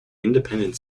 independent